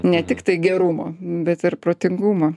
ne tiktai gerumo bet ir protingumo